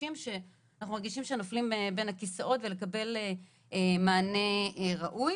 אנשים שאנחנו מרגישים שנופלים בין הכיסאות ולקבל מענה ראוי.